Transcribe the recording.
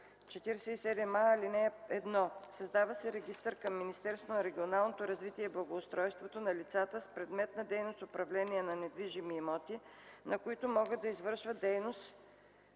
„47а. (1) Създава се регистър към Министерството на регионалното развитие и благоустройството на лицата, с предмет на дейност управление на недвижими имоти, на които могат да извършват дейност